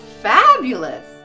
Fabulous